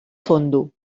fondo